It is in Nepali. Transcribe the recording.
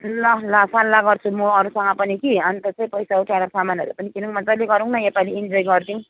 ल ल सल्लाह गर्छु म अरूसँग पनि कि अन्त चाहिँ पैसा उठाएर सामानहरू पनि किनौँ मजाले गरौँ न योपालि इन्जोय गरिदिउँ